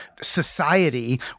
society